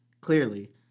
clearly